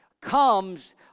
comes